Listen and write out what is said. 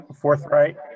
forthright